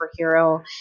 superhero